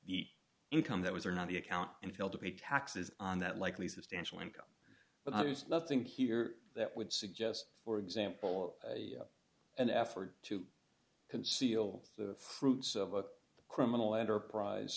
the income that was or not the account and failed to pay taxes on that likely substantial income but i was nothing here that would suggest for example an effort to conceal the fruits of a criminal enterprise